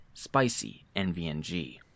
SPICYNVNG